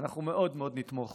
שאנחנו מאוד מאוד נתמוך